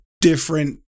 different